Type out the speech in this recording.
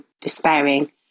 despairing